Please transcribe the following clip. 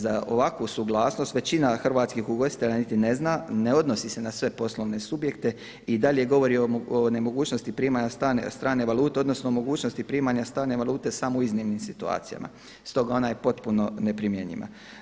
Za ovakvu suglasnost većina hrvatskih ugostitelja niti ne zna, ne odnosi se na sve poslovne subjekte i dalje govori o nemogućnosti primanja strane valute odnosno mogućnosti primanja strane valute samo u iznimnim situacijama, stoga ona je potpuno neprimjenjiva.